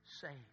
saved